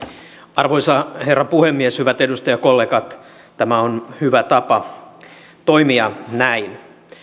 arvoisa herra puhemies hyvät edustajakollegat tämä on hyvä tapa toimia näin